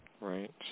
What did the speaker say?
right